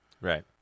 Right